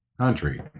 country